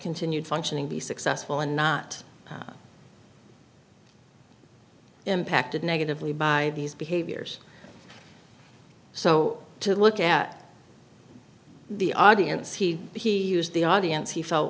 continued functioning be successful and not impacted negatively by these behaviors so to look at the audience he he used the audience he felt